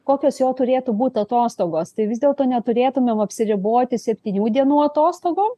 kokios jo turėtų būti atostogos tai vis dėlto neturėtumėm apsiriboti septynių dienų atostogom